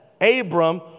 Abram